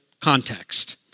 context